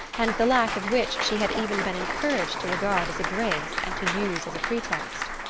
and the lack of which she had even been encouraged to regard as a grace and to use as a pretext.